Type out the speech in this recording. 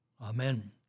Amen